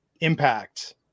Impact